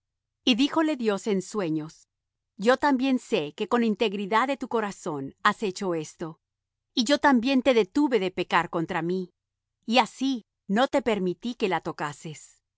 y díjole dios en sueños yo también sé que con integridad de tu corazón has hecho esto y yo también te detuve de pecar contra mí y así no te permití que la tocases